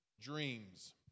dreams